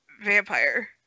vampire